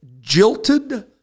jilted